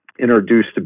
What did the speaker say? introduced